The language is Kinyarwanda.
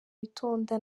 witonda